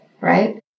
Right